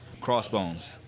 crossbones